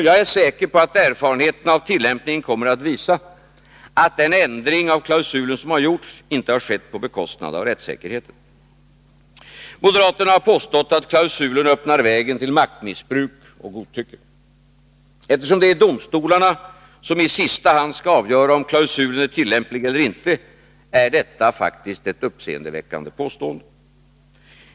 Jag är säker på att erfarenheterna av tillämpningen kommer att visa att den ändring av klausulen som har gjorts inte har skett på bekostnad av rättssäkerheten. Moderaterna har påstått att klausulen öppnar vägen till maktmissbruk och godtycke. Eftersom det är domstolarna som i sista hand skall avgöra om klausulen är tillämplig eller inte är detta faktiskt ett uppseendeväckande påstående.